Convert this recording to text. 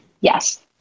Yes